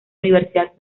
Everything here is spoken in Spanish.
universidad